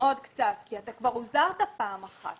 עוד קצת כי אתה כבר הוזהרת פעם אחת.